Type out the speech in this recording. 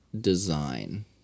design